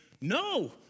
no